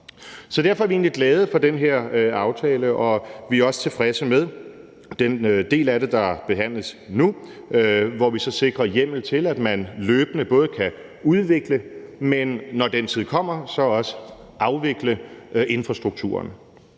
Så derfor er vi egentlig glade for den her aftale, og vi er også tilfredse med den del af det, der behandles nu, hvor vi så sikrer hjemmel til, at man løbende både kan udvikle, men, når den tid kommer, også afvikle infrastrukturen.